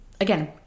Again